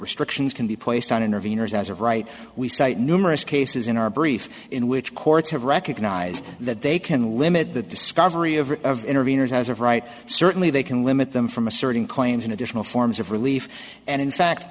restrictions can be placed on interveners as of right we cite numerous cases in our brief in which courts have recognized that they can limit the discovery of interveners as of right certainly they can limit them from asserting claims in additional forms of relief and in fact